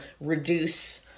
reduce